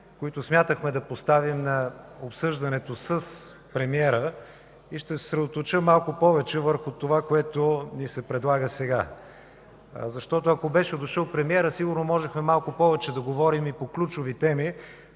които смятахме да поставим на обсъждането с премиера, и ще се съсредоточа малко повече върху това, което ни се предлага сега. Ако премиерът беше дошъл, сигурно можехме малко повече да говорим и по ключови теми,